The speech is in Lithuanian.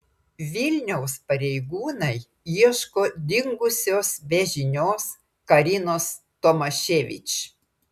vilniaus pareigūnai ieško dingusios be žinios karinos tomaševič